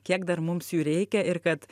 kiek dar mums jų reikia ir kad